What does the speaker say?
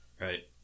Right